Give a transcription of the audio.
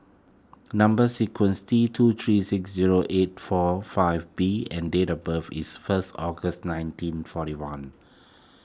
Number Sequence T two three six zero eight four five B and date of birth is first August nineteen forty one